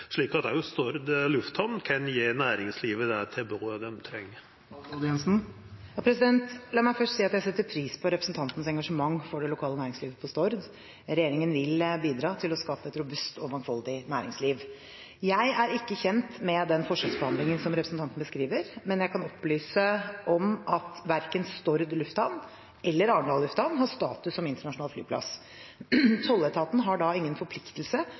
slik at Stord lufthamn kan gje næringslivet det tilbodet dei treng?» La meg først si at jeg setter pris på representantens engasjement for det lokale næringslivet på Stord. Regjeringen vil bidra til å skape et robust og mangfoldig næringsliv. Jeg er ikke kjent med den forskjellsbehandlingen som representanten beskriver, men jeg kan opplyse om at verken Stord lufthavn eller Arendal lufthavn har status som internasjonal flyplass. Tolletaten har da ingen forpliktelse